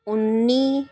ਉੱਨੀ